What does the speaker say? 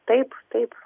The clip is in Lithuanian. taip taip